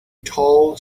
tall